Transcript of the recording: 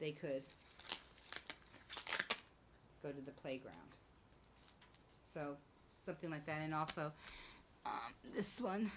they could go to the playground so something like that and also this one